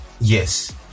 Yes